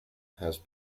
has